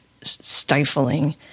stifling